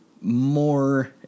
more